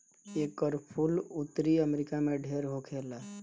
एकर फूल उत्तरी अमेरिका में ढेर होखेला